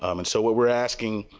um and so what we are asking,